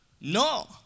No